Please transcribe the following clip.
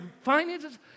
finances